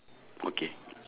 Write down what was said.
okay